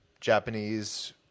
Japanese